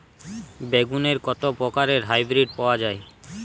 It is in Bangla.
বেগুনের কত প্রকারের হাইব্রীড পাওয়া যায়?